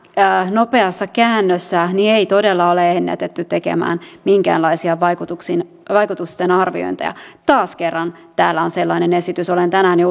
nopeassa käännössä ei todella ole ennätetty tekemään minkäänlaisia vaikutusten arviointeja taas kerran täällä on sellainen esitys olen tänään jo